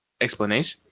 Explanation